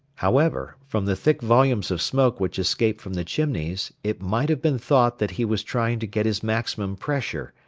however, from the thick volumes of smoke which escaped from the chimneys, it might have been thought that he was trying to get his maximum pressure,